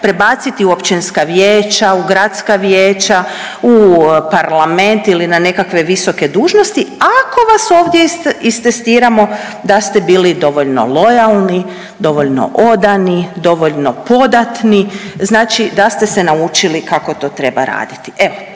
prebaciti u općinska vijeća, u gradska vijeća, u parlament ili na nekakve visoke dužnosti ako vas ovdje istestiramo da ste bili dovoljno lojalni, dovoljno odani, dovoljno podatni. Znači da ste se naučili kako to treba raditi.